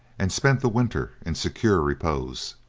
and spent the winter in secure repose.